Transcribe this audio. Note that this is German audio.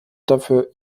dafür